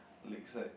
Lakeside